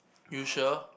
you sure